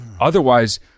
otherwise